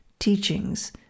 teachings